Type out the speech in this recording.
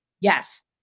Yes